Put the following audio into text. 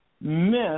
miss